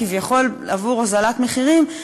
כביכול עבור הוזלת מחירים,